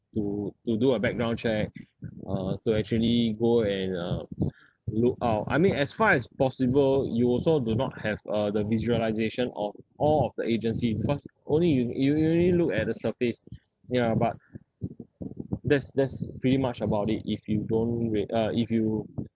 to to do a background check uh to actually go and uh look out I mean as far as possible you also do not have a the visualisation of all of the agency because only you you you only look at the surface ya but that's that's pretty much about it if you don't wait uh if you